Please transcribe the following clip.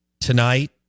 tonight